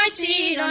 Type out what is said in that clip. ah g